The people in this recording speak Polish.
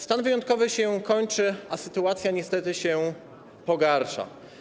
Stan wyjątkowy się kończy, a sytuacja, niestety, się pogarsza.